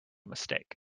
mistake